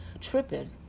tripping